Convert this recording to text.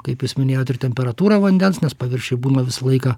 kaip jūs minėjot ir temperatūra vandens nes paviršiuj būna visą laiką